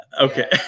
Okay